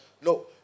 No